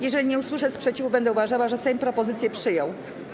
Jeżeli nie usłyszę sprzeciwu, będę uważała, że Sejm propozycję przyjął.